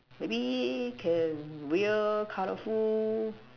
maybe can whale colourful